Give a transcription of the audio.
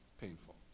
painful